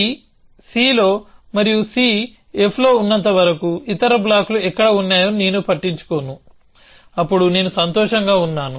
ec లో మరియు cf లో ఉన్నంత వరకు ఇతర బ్లాక్లు ఎక్కడ ఉన్నాయో నేను పట్టించుకోను అప్పుడు నేను సంతోషంగా ఉన్నాను